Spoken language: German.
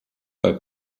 bei